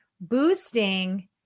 boosting